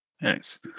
Nice